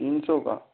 तीन सौ का